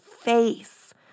face